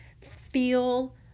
feel